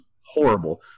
horrible